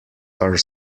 are